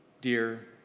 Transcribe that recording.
dear